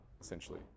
essentially